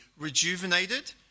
rejuvenated